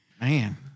Man